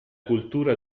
cultura